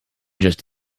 just